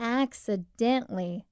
accidentally